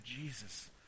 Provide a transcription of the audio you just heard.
Jesus